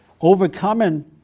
overcoming